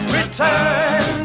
Return